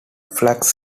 flax